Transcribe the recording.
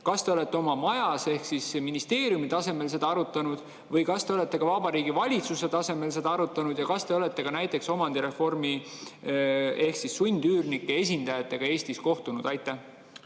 Kas te olete oma majas ehk ministeeriumi tasemel seda arutanud või kas te olete Vabariigi Valitsuse tasemel seda arutanud? Ja kas te olete ka näiteks omandireformi ehk sundüürnike esindajatega Eestis kohtunud? Aitäh,